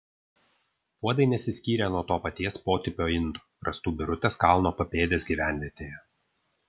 puodai nesiskyrė nuo to paties potipio indų rastų birutės kalno papėdės gyvenvietėje